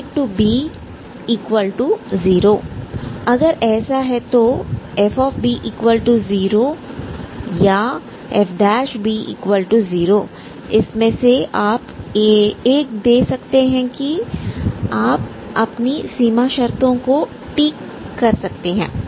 ab0 अगर ऐसा है तो fb0 or f'b0 इसमें से आप एक दे सकते हैं आप अपनी सीमा शर्तों को ठीक कर सकते हैं